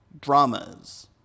dramas